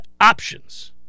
options